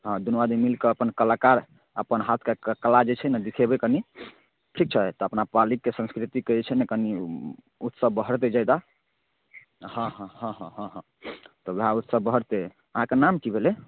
हँ दुनू आदमी मिलि कऽ अपन कलाकार अपन हाथके कला जे छै ने देखेबै कनि ठीक छै तऽ अपना पालीके संस्कृतिके जे छै ने कनि उत्साह बढ़तै ज्यादा हँ हँ हँ हँ हँ हँ तऽ उएह उत्साह बढ़तै अहाँके नाम की भेलै